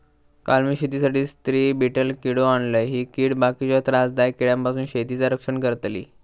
काल मी शेतीसाठी स्त्री बीटल किडो आणलय, ही कीड बाकीच्या त्रासदायक किड्यांपासून शेतीचा रक्षण करतली